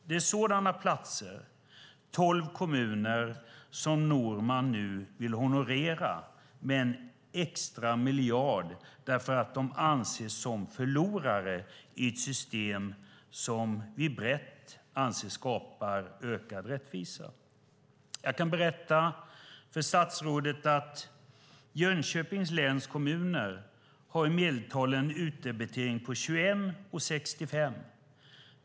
Det är sådana platser, tolv kommuner, som Norman nu vill honorera med en extra miljard därför att de anses som "förlorare" i ett system som vi brett anser skapar ökad rättvisa. Jag kan berätta för statsrådet att Jönköpings läns kommuner har i medeltal en utdebitering på 21:65.